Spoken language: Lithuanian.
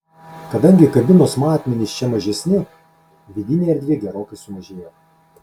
kadangi kabinos matmenys čia mažesni vidinė erdvė gerokai sumažėja